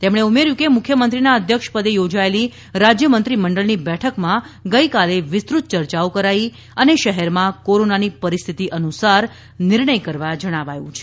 તેમણે ઉમેર્યું કે મુખ્યમંત્રીના અધ્યક્ષપદે યોજાયેલી રાજ્ય મંત્રીમંડળની બેઠકમાં ગઇકાલે વિસ્તૃત ચર્ચાઓ કરાઈ હતી અને શહેરમાં કોરોનાની પરિસ્થિતિ અનુસાર નિર્ણય કરવા જણાવાયું છે